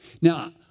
Now